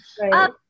Right